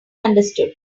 understood